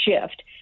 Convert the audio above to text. shift